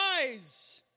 eyes